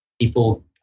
people